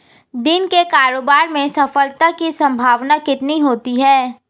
दिन के कारोबार में सफलता की संभावना कितनी होती है?